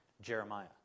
Jeremiah